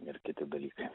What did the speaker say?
ir kiti dalykai